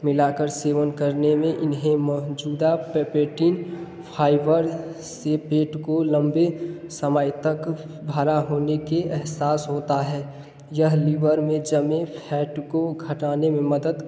मिला कर सेवन करने में इन्हें मौजूदा पेपरटीन फाइबर से पेट को लम्बे समय तक भरा होने के एहसास होता है यह लीवर में जमे फैट को घटाने में मदद